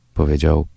powiedział